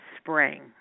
spring